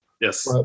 Yes